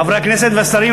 חברי הכנסת והשרים,